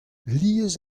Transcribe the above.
lies